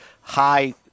high